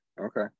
Okay